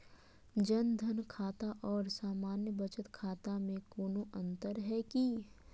जन धन खाता और सामान्य बचत खाता में कोनो अंतर है की?